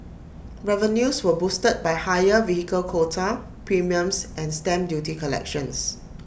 revenues were boosted by higher vehicle quota premiums and stamp duty collections